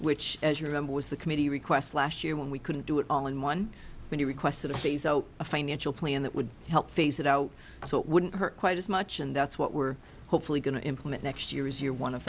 which as you remember was the committee request last year when we couldn't do it all in one when you requested a financial plan that would help phase that out so it wouldn't hurt quite as much and that's what we're hopefully going to implement next year is year one of